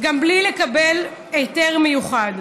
גם בלי לקבל היתר מיוחד.